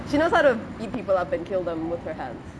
she know how to beat people up and kill them with her hands